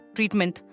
treatment